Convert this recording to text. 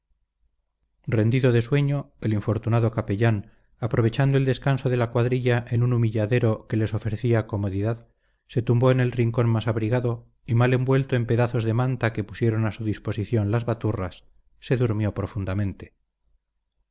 rendido de sueño el infortunado capellán aprovechando el descanso de la cuadrilla en un humilladero que les ofrecía comodidad se tumbó en el rincón más abrigado y mal envuelto en pedazos de manta que pusieron a su disposición las baturras se durmió profundamente